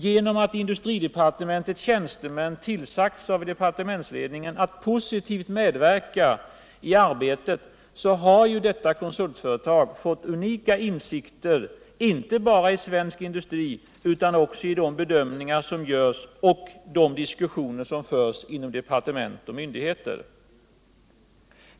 Genom att industridepartementets tjänstemän tillsagts av departementsledningen att positivt medverka i arbetet har konsultföretaget fått unika insikter inte bara i svensk industri utan också i de bedömningar som görs och de diskussioner som förs inom departement och myndigheter.